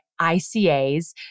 ICAs